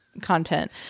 content